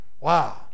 Wow